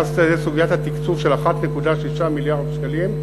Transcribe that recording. אז תעלה סוגיית התקצוב של 1.6 מיליארד שקלים,